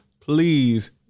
Please